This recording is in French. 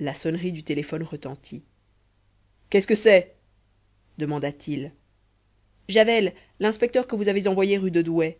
la sonnerie du téléphone retentit qu'est-ce que c'est demanda-t-il javel l'inspecteur que vous avez envoyé rue de douai